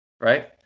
right